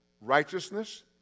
righteousness